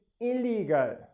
illegal